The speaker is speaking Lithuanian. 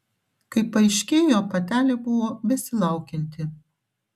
kaip paaiškėjo patelė buvo besilaukianti